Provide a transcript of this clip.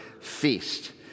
feast